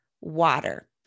water